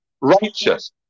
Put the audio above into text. righteous